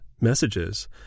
messages